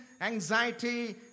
anxiety